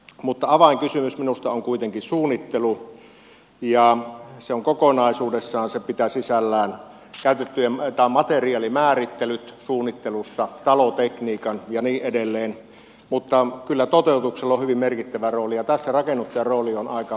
avainkysymys minusta on kuitenkin suunnittelu ja kokonaisuudessaan se pitää sisällään materiaalimäärittelyt suunnittelussa talotekniikan ja niin edelleen mutta kyllä toteutuksella on hyvin merkittävä rooli ja tässä rakennuttajan rooli on aika merkittävä